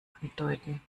andeuten